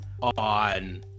On